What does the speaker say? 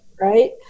Right